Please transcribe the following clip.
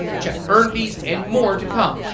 check earned fees and more to come.